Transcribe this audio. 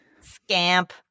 Scamp